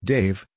Dave